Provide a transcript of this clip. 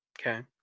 Okay